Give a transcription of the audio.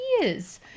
years